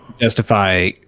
justify